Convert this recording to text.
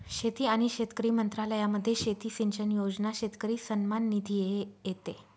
शेती आणि शेतकरी मंत्रालयामध्ये शेती सिंचन योजना, शेतकरी सन्मान निधी हे येते